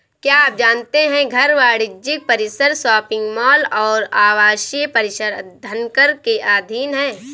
क्या आप जानते है घर, वाणिज्यिक परिसर, शॉपिंग मॉल और आवासीय परिसर धनकर के अधीन हैं?